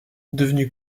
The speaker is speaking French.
devenue